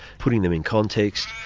putting them in context,